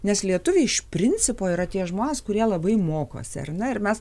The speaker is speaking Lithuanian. nes lietuviai iš principo yra tie žmonės kurie labai mokosi ar ne ir mes